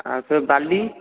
ଆଉ ସେ ବାଲି